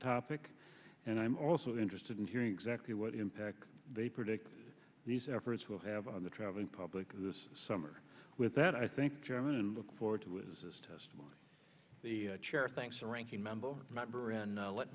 topic and i'm also interested in hearing exactly what impact they predict these efforts will have on the traveling public this summer with that i think chairman and look forward to his testimony the chair thanks the ranking member let